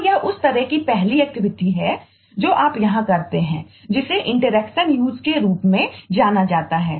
तो यह उस तरह की पहली एक्टिविटी में जाता है